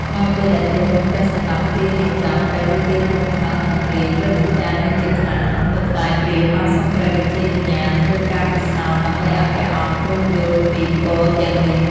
ក្រោយពេលដែលទ្រង់ព្រះសណ្តាប់ឃ្លានេះចប់ ព្រះរាជាទ្រង់ខឹងនឹងព្រាហ្មណ៍ព្រឹទ្ធាចារ្យនេះជាខ្លាំង ប៉ុន្តែព្រាហ្មណ៍បានសុំព្រះរាជានុញ្ញាតធ្វើការពិសោធន៍ ដើម្បីឲ្យព្រះអង្គទ្រង់យល់ពីពរទាំងនេះ។